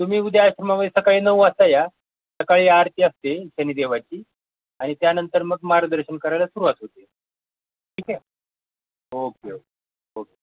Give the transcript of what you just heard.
तुम्ही उद्या आश्रमामध्ये सकाळी नऊ वाजता या सकाळी आरती असते शनिदेवाची आणि त्यानंतर मग मार्गदर्शन करायला सुरुवात होते ठीक आहे ओके ओ ओ